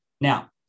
Now